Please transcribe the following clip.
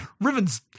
Riven's